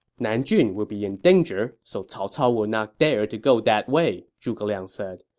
nanjun will be in danger, so cao cao will not dare to go that way, zhuge liang said,